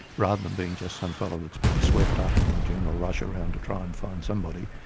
rather than being just some fellow that's been swept up in the general rush around to try and find somebody.